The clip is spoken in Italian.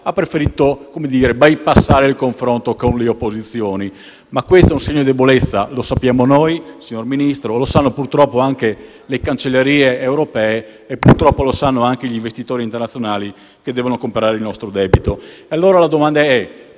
ha preferito bypassare il confronto con le opposizioni. Questo è un segno di debolezza; lo sappiamo noi, signor Ministro, ma purtroppo lo sanno anche le cancellerie europee e gli investitori internazionali che devono comprare il nostro debito. Pertanto, la domanda è: